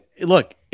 look